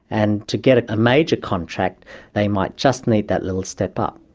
and to get a major contract they might just need that little step up.